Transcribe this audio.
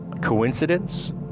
coincidence